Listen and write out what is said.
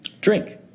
Drink